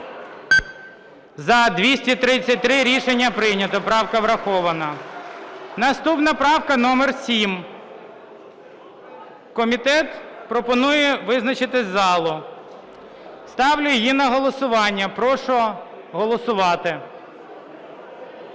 За-233 Рішення прийнято. Правка врахована. Наступна правка номер 7. Комітет пропонує визначитися залу. Ставлю її на голосування. Прошу голосувати.